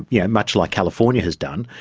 yeah much like california has done,